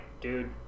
dude